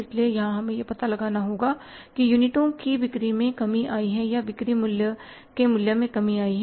इसलिए यहां हमें यह पता लगाना होगा कि यूनिटों की बिक्री में कमी आई है या बिक्री मूल्य में कमी आई है